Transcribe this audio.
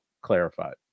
clarified